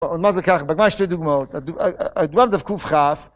מה זה ככה, ממש שתי דוגמאות, הדוגמה בק"כ